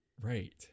right